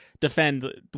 defend